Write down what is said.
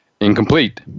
incomplete